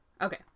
Okay